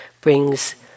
brings